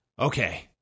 Okay